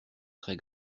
très